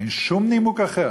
אין שום נימוק אחר